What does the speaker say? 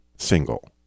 single